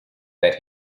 that